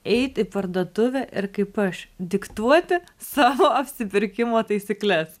eit į parduotuvę ir kaip aš diktuoti savo apsipirkimo taisykles